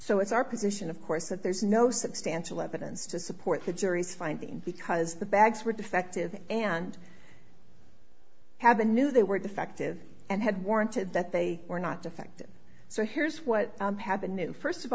so it's our position of course that there's no substantial evidence to support the jury's finding because the bags were defective and have a new they were defective and had warranted that they were not defective so here's what happened new first of